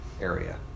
area